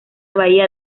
bahía